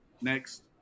Next